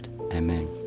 Amen